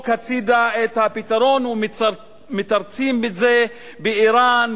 הצדה את הפתרון ומתרצים את זה באירן,